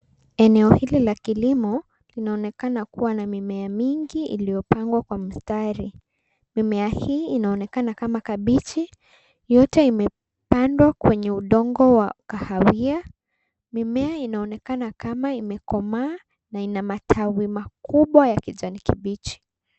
Eneo hili la kilimo linaonekana kuwa na mimea mingi iliyopangwa kwa mstari. Mimea hii inaonekana kama kabichi, yote imepandwa kwenye udongo wa kahawia. Mimea inaonekana kama imekomaa na ina matawi makubwa ya kijani kibichi.